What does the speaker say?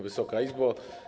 Wysoka Izbo!